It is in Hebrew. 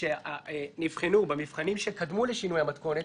שנבחנו במבחנים שקדמו לשינוי המתכונת,